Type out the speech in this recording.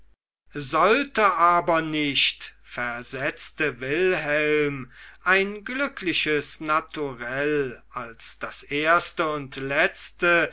sollte aber nicht versetzte wilhelm ein glückliches naturell als das erste und letzte